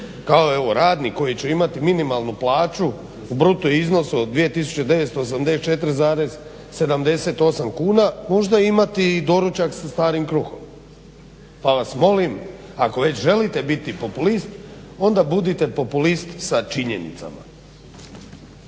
evo radnik koji će imati minimalnu plaću u bruto iznosu od 2984,78 kuna možda imati doručak sa starim kruhom. Pa vas molim ako već želite biti populist onda budite populist sa činjenicama.